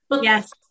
Yes